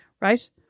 right